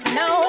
no